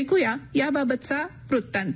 ऐकुया याबाबतचा एक वृत्तांत